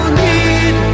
need